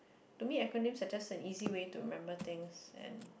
to me acronyms are just an easy way to remember things and